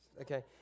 Okay